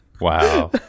wow